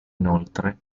inoltre